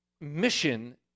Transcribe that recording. mission